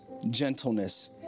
gentleness